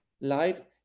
light